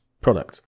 product